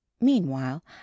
meanwhile